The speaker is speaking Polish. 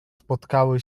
spotkały